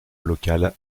local